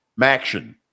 Maction